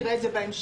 נראה את זה בהמשך.